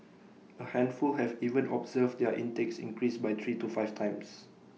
A handful have even observed their intakes increase by three to five times